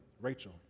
Rachel